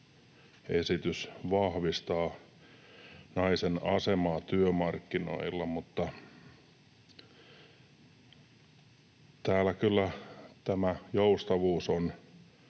esitys vahvistaa naisen asemaa työmarkkinoilla, mutta täällä tämän lain